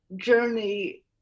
journey